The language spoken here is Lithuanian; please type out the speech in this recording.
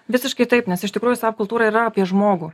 visiškai taip nes iš tikrųjų sap kultūra yra apie žmogų